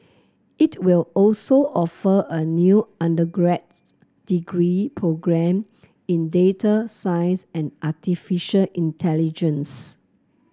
it will also offer a new degree programme in data science and artificial intelligence